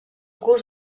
curs